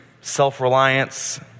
self-reliance